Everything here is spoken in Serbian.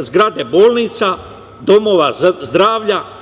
zgrade bolnica, domova zdravlja,